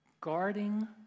guarding